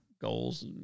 goals